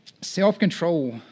self-control